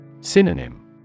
Synonym